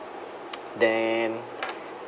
then